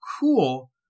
Cool